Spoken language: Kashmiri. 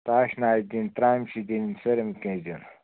تاشہٕ نارِ دِنۍ ترٛامہِ چھِ دِنۍ سٲلِم کیٚنٛہہ چھُ دیُن